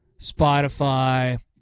Spotify